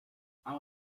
i’ll